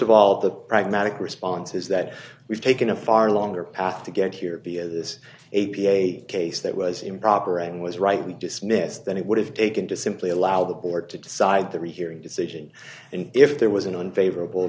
of all the pragmatic response is that we've taken a far longer path to get here via this a p a case that was improper and was rightly dismissed than it would have taken to simply allow the board to decide the rehearing decision and if there was an unfavorable